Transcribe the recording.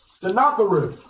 Sennacherib